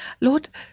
Lord